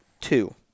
two